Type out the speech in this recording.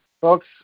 Folks